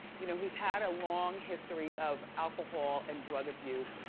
you know he's had a long history of alcohol and drug abuse.